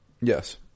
yes